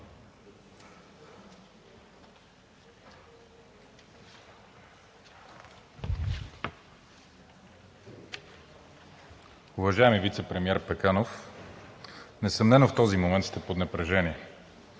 Уважаеми вицепремиер Пеканов, несъмнено в този момент сте под напрежение.